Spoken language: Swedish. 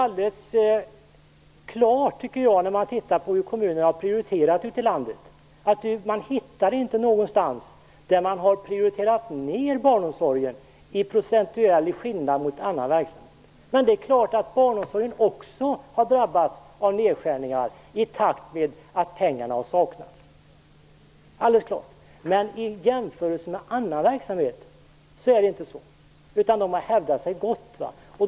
När man tittar på hur kommunerna ute i landet har prioriterat hittar man inte någonstans någon som procentuellt har prioriterat ned barnomsorgen jämfört med annan verksamhet. Men det är klart att barnomsorgen också har drabbats av nedskärningar i takt med att pengarna har saknats, alldeles klart. Men i jämförelse med annan verksamhet är det inte så. Den har hävdat sig gott.